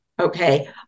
okay